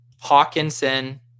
Hawkinson